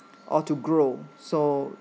or to grow so